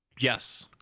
Yes